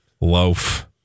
loaf